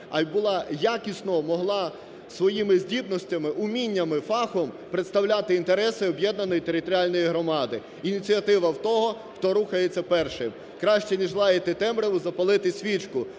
а й була якісно, могла своїми здібностями, уміннями, фахом представляти інтереси об'єднаної територіальної громади, ініціатива в того, хто рухається перший. Краще ніж лаяти темряву, запалити свічку.